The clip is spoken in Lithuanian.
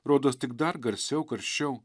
rodos tik dar garsiau karščiau